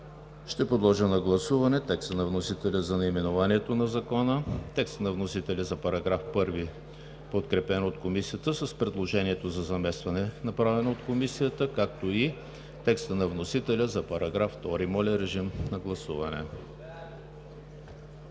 Ще подложа на гласуване текста на вносителя за наименованието на Закона, текста на вносителя за § 1, подкрепен от Комисията с предложението за заместване, направено от Комисията, както и текста на вносителя за § 2. Гласували